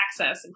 access